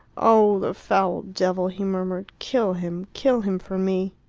oh, the foul devil! he murmured. kill him! kill him for me.